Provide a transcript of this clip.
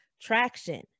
traction